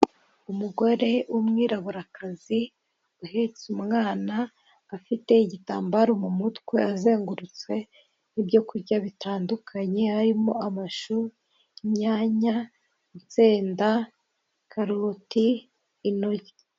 Umugore wumumwiraburakazi uhetse umwana afite igitambaro mu mutwe azengurutse ibyo kurya bitandukanye harimo amashu, inyanya, insenda, karoti intoryi.